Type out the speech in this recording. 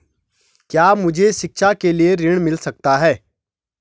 क्या मुझे शिक्षा के लिए ऋण मिल सकता है?